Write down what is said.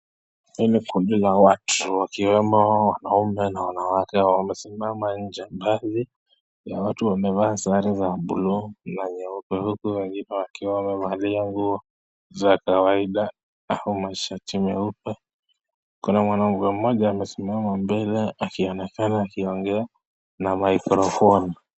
HIli ni kundi la watu wakiwemo wanaume na wanawake wamesimama nje baadhi ya watu wamevaa sare za buluu na nyeupe huku wengine wakiwa wamevalia nguo za kawaida na mashati meupe, kuna mwanaume mmoja amesimama mbele, akionekana akiongea na maikrofoni.